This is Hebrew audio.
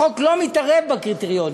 החוק לא מתערב בקריטריונים.